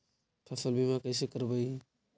फसल बीमा कैसे करबइ?